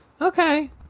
Okay